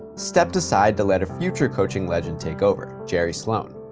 stepped aside to let a future coaching legend take over, jerry sloan.